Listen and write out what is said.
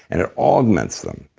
and it augments them,